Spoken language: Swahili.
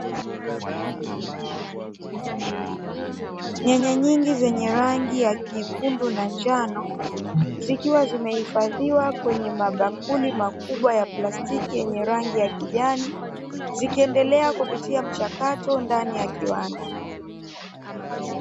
Nyanya nyingi zenye rangi nyekundu na njano zikiwa zimehifadhiwa kwenye mabakuli makubwa ya plastiki yenye rangi ya kijani zikiendelea kupitia mchakato ndani ya kiwanda.